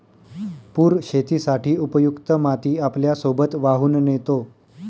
पूर शेतीसाठी उपयुक्त माती आपल्यासोबत वाहून नेतो